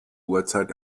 uhrzeit